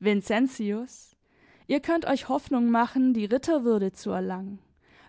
vincentius ihr könnt euch hoffnung machen die ritterwürde zu erlangen